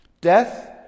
Death